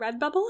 Redbubble